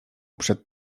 przed